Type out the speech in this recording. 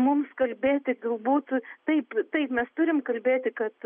mums kalbėti galbūt taip taip mes turim kalbėti kad